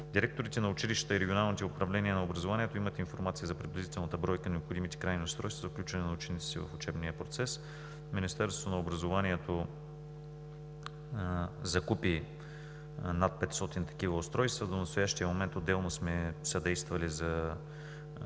Директорите на училища и регионалните управления на образованието имат информация за приблизителната бройка на необходимите крайни устройства за включване на учениците в учебния процес. Министерството на образованието и науката закупи над 500 такива устройства. До настоящия момент отделно сме съдействали